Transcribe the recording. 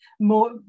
more